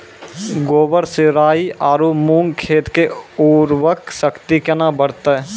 गोबर से राई आरु मूंग खेत के उर्वरा शक्ति केना बढते?